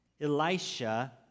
Elisha